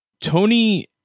Tony